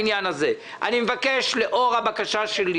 לאור הבקשה שלי